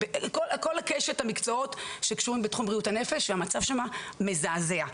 כל קשת המקצועות הקשורים בתחום בריאות הנפש והמצב שמה מזעזע.